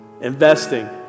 Investing